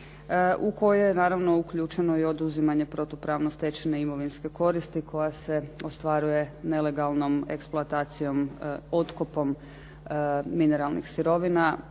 u koju je naravno uključeno i oduzimanje protupravno stečene imovinske koristi koja se ostvaruje nelegalnom eksploatacijom, otkopom mineralnih sirovina